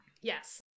Yes